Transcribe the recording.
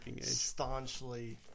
staunchly